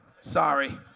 Sorry